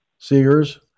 Seegers